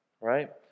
right